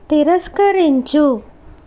తిరస్కరించుము